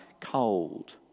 cold